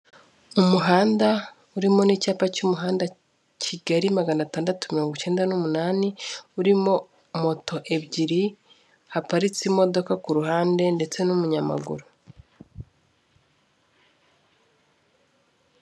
Umuhanda urimo n'icyapa cy'umuhanda Kigali magana atandatu mirongo icyenda n'umunani urimo moto ebyiri haparitse imodoka ku ruhande ndetse n'umunyamaguru.